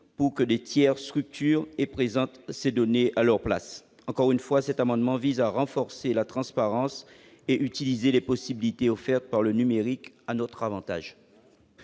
pour que des tiers structurent et présentent ces données à leur place. Il s'agit de renforcer la transparence et d'utiliser les possibilités offertes par le numérique à notre avantage.